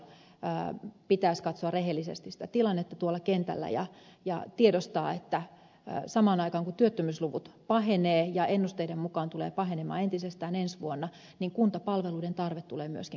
tämänkin takia pitäisi katsoa rehellisesti sitä tilannetta tuolla kentällä ja tiedostaa että samaan aikaan kun työttömyysluvut pahenevat ja ennusteiden mukaan tulevat pahenemaan entisestään ensi vuonna kuntapalveluiden tarve tulee myöskin kasvamaan